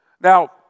Now